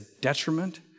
detriment